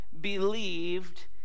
believed